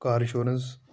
car insurance